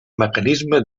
mecanisme